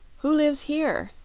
who lives here?